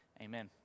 Amen